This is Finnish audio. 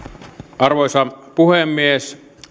arvoisa puhemies